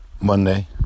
Monday